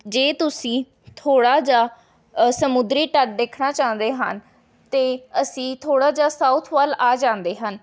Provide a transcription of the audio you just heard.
ਜੇ ਤੁਸੀਂ ਥੋੜ੍ਹਾ ਜਾ ਸਮੁੰਦਰੀ ਤੱਟ ਦੇਖਣਾ ਚਾਹੁੰਦੇ ਹਨ ਅਤੇ ਅਸੀਂ ਥੋੜ੍ਹਾ ਜਿਹਾ ਸਾਊਥ ਵੱਲ ਆ ਜਾਂਦੇ ਹਨ